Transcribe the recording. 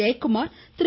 Jayakumar Thiru